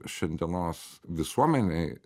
šiandienos visuomenei